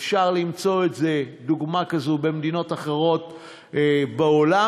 אפשר למצוא דוגמה כזאת במדינות אחרות בעולם.